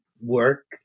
work